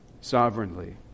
sovereignly